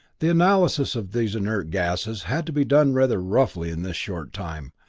the analyses of these inert gasses had to be done rather roughly in this short time,